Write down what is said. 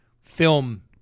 film